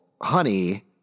Honey